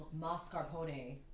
mascarpone